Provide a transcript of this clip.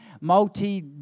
multi